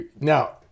now